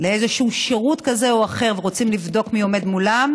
לאיזשהו שירות כזה או אחר ורוצים לבדוק מי עומד מולם,